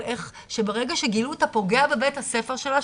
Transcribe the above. איך שברגע שגילו את הפוגע בבית הספר שלה,